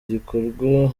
ibikorwa